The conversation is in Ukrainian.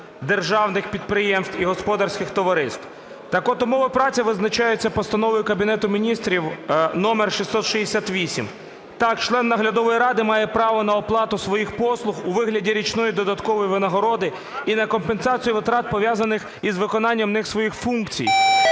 державних підприємств і господарських товариств. Так от, умови праці визначаються Постановою Кабінету Міністрів № 668. Так член наглядової ради має право на оплату своїх послуг у вигляді річної додаткової винагороди і на компенсацію витрат, пов'язаних із виконанням ним своїх функцій.